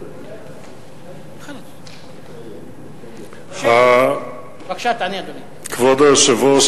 1. כבוד היושב-ראש,